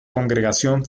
congregación